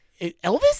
Elvis